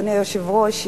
אדוני היושב-ראש,